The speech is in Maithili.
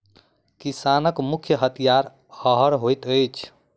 किसानक मुख्य हथियार हअर होइत अछि